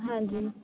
ਹਾਂਜੀ